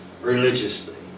Religiously